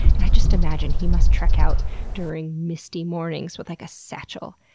and i just imagine he must trek out during misty mornings with like a satchel,